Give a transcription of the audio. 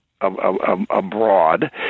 abroad